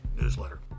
newsletter